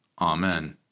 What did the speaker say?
Amen